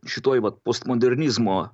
šitoj vat postmodernizmo